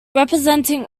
representing